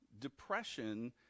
Depression